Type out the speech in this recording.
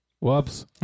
Whoops